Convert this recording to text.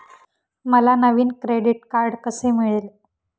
मला नवीन credit card कसे मिळेल?